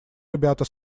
ребята